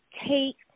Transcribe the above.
take